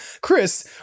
Chris